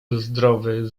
zdrowy